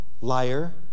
liar